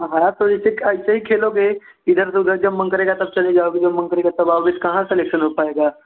हाँ तो इसे ऐसे ही खेलोगे इधर उधर घर जब मन करेगा तब चले जाओगे जब मन करेगा तब आओगे कहाँ सेलेक्शन हो पाएगा